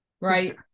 right